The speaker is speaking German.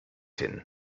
hin